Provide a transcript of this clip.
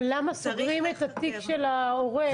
אבל למה סוגרים את התיק של ההורה יום למחרת?